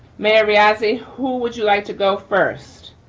mayor riazi, who would you like to go first.